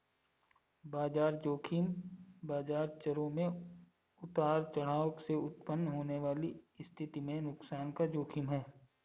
बाजार ज़ोखिम बाजार चरों में उतार चढ़ाव से उत्पन्न होने वाली स्थिति में नुकसान का जोखिम है